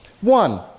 One